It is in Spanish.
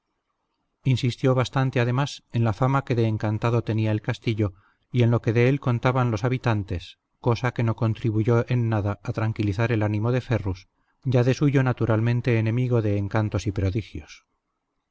insistió bastante además en la fama que de encantado tenía el castillo y en lo que de él contaban los habitantes cosa que no contribuyó en nada a tranquilizar el ánimo de ferrus ya de suyo naturalmente enemigo de encantos y prodigios